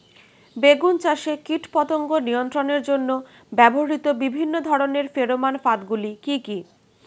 বেগুন চাষে কীটপতঙ্গ নিয়ন্ত্রণের জন্য ব্যবহৃত বিভিন্ন ধরনের ফেরোমান ফাঁদ গুলি কি কি?